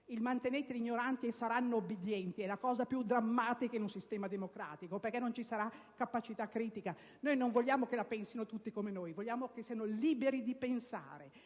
Il «manteneteli ignoranti e saranno ubbidienti» è la cosa più drammatica in un sistema democratico, perché non ci sarà capacità critica. Noi non vogliamo che la pensino tutti come noi, ma che siano liberi di pensare.